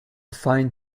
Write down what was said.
fine